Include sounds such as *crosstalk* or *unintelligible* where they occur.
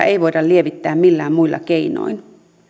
*unintelligible* ei voida lievittää millään muilla keinoin